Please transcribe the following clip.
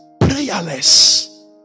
prayerless